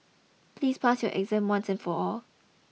please pass your exam once and for all